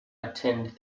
attend